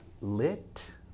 lit